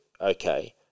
okay